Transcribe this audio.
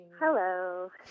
Hello